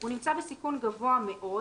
הוא נמצא בסיכון גבוה מאוד